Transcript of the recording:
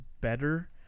better